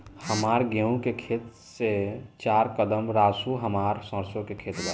हमार गेहू के खेत से चार कदम रासु हमार सरसों के खेत बा